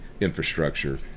infrastructure